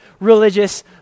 religious